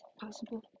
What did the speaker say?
possible